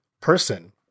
person